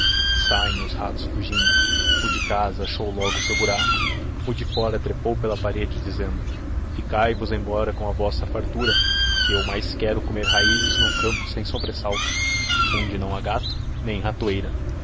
saliem os ralos fugindo o de casa achou logo seu buraco o de fora tredizendo ficai vos pou pela parede embora com a vossa fartura que eu mais quero comer raizes no campo sem sobresaltos onde não ha gato nem ratoeira